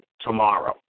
tomorrow